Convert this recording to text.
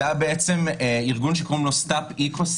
זה היה ארגון שקוראים לו Stop Ecocide.